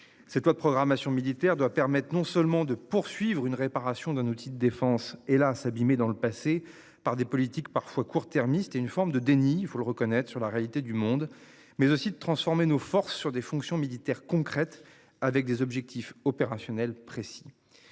Cette loi de programmation militaire doit permettre non seulement de poursuivre une réparation d'un outil de défense et là, s'abîmer dans le passé par des politiques parfois court-termiste et une forme de déni, il faut le reconnaître sur la réalité du monde mais aussi de transformer nos forces sur des fonctions militaires concrètes avec des objectifs opérationnels précis.